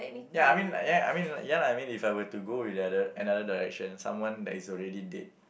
ya I mean like ya I mean like ya lah if I were to go with the other another direction someone that is already dead